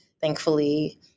thankfully